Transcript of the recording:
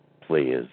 please